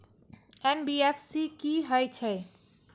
NBFC की हे छे?